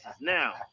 Now